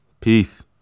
peace